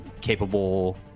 capable